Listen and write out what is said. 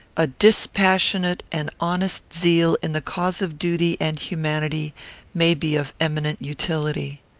a dispassionate and honest zeal in the cause of duty and humanity may be of eminent utility.